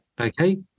Okay